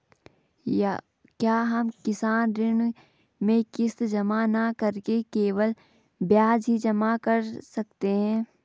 क्या हम किसान ऋण में किश्त जमा न करके केवल ब्याज ही जमा कर सकते हैं?